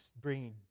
bringing